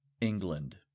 England